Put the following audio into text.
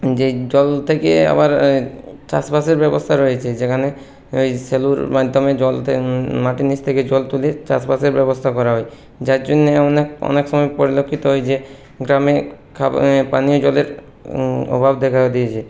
যে জল থেকে আবার চাষবাসের ব্যবস্থা রয়েছে যেখানে ওই সেলুর মাধ্যমে জল মাটির নিচ থেকে জল তুলে চাষবাসের ব্যবস্থা করা হয় যার জন্যে অনেক অনেক সময় পরিলক্ষিত হয় যে গ্রামে পানীয় জলের অভাব দেখা দিয়েছে